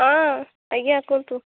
ହଁ ଆଜ୍ଞା କୁହନ୍ତୁ